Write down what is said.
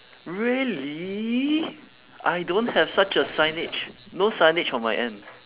really I don't have such a signage no signage on my end